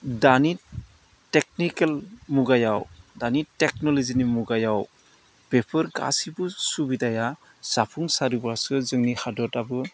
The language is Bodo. दानि टेकनिकेल मुगायाव दानि टेक्नल'जिनि मुगायाव बेफोर गासैबो सुबिदाया जाफुंसारोबासो जोंनि हादोरआबो